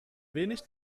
wenig